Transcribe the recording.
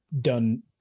done